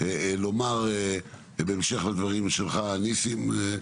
אני רק רוצה לומר משהו בהמשך לדברים שלך, ניסים.